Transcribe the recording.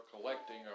collecting